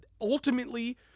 Ultimately